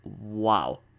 wow